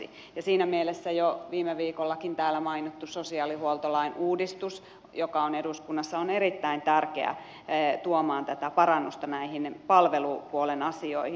ja siinä mielessä jo viime viikollakin täällä mainittu sosiaalihuoltolain uudistus joka on eduskunnassa on erittäin tärkeä tuomaan tätä parannusta näihin palvelupuolen asioihin